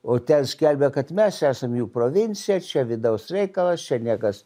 o ten skelbia kad mes esam jų provincija čia vidaus reikalas čia niekas